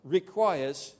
requires